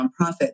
nonprofit